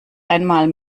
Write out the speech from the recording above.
einmal